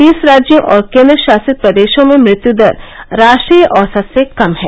तीस राज्यों और केन्द्र शासित प्रदेशों में मृत्यु दर राष्ट्रीय औसत से कम है